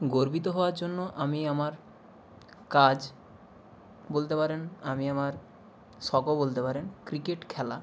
গর্বিত হওয়ার জন্য আমি আমার কাজ বলতে পারেন আমি আমার শখও বলতে পারেন ক্রিকেট খেলা